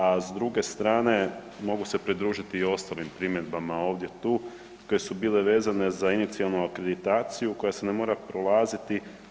A s druge strane, mogu se pridružiti i ostalim primjedbama ovdje tu koje su bile vezane za inicijalnu akreditaciju koja se ne mora prolaziti.